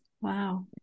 Wow